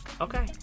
Okay